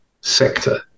sector